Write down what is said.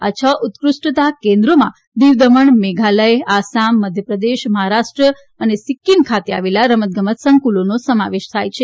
આ છ ઉત્કૃષ્ટતા કેન્દ્રોમાં દીવ દમણ મેઘાલય આસામ મધ્યપ્રદેશ મહારાષ્ટ્ર અને સિક્કીમ ખાતે આવેલા રમતગમત સંકુલોનો સમાવેશ થાય છે